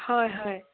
হয় হয়